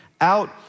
out